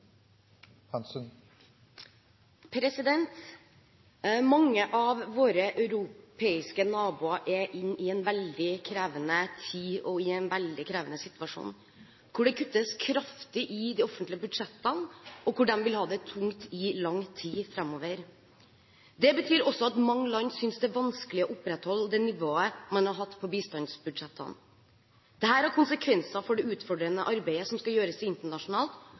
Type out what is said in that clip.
avsluttet. Mange av våre europeiske naboer er inne i en veldig krevende tid og i en veldig krevende situasjon, hvor det kuttes kraftig i de offentlige budsjettene, og hvor man vil ha det tungt i lang tid framover. Det betyr også at mange land synes det er vanskelig å opprettholde det nivået de har hatt på bistandsbudsjettene. Dette har konsekvenser for det utfordrende arbeidet som skal gjøres internasjonalt,